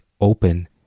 open